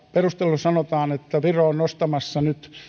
perusteluissa sanotaan että viro on nostamassa nyt